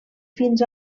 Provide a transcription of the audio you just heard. fins